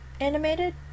animated